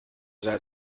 that